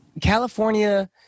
California